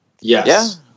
yes